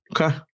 Okay